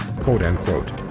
quote-unquote